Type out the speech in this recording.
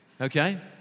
Okay